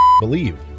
believe